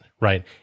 right